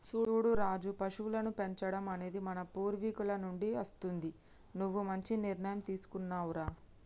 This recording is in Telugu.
సూడు రాజు పశువులను పెంచడం అనేది మన పూర్వీకుల నుండి అస్తుంది నువ్వు మంచి నిర్ణయం తీసుకున్నావ్ రా